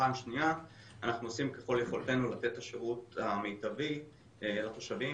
פעם שניה אנחנו ככול יכולתנו לתת את השירות המיטבי לתושבים.